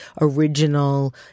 original